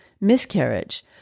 miscarriage